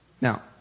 Now